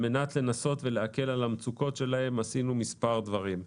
על מנת לנסות להקל על המצוקות שלהם עשינו מספר דברים.